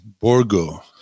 Borgo